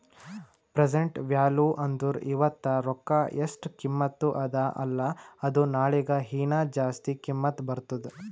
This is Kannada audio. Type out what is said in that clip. ಪ್ರೆಸೆಂಟ್ ವ್ಯಾಲೂ ಅಂದುರ್ ಇವತ್ತ ರೊಕ್ಕಾ ಎಸ್ಟ್ ಕಿಮತ್ತ ಅದ ಅಲ್ಲಾ ಅದು ನಾಳಿಗ ಹೀನಾ ಜಾಸ್ತಿ ಕಿಮ್ಮತ್ ಬರ್ತುದ್